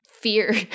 fear